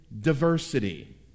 diversity